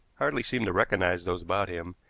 hardly seemed to recognize those about him,